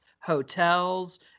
hotels